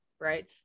right